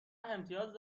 امتیاز